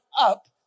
up